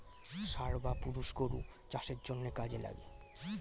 ষাঁড় বা পুরুষ গরু চাষের জন্যে কাজে লাগে